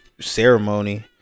ceremony